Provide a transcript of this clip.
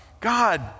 God